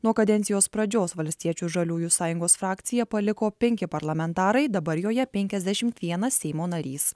nuo kadencijos pradžios valstiečių ir žaliųjų sąjungos frakciją paliko penki parlamentarai dabar joje penkiasdešimt vienas seimo narys